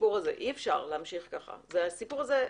אי אפשר להמשיך ככה, צריך לסיים את הסיפור הזה.